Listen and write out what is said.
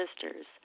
sisters